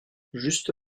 juste